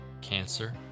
cancer